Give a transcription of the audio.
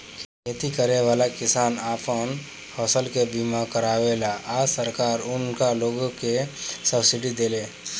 खेती करेवाला किसान आपन फसल के बीमा करावेलन आ सरकार उनका लोग के सब्सिडी देले